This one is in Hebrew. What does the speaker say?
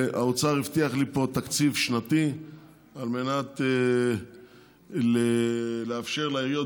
והאוצר הבטיח לי פה תקציב שנתי על מנת לאפשר לעיריות,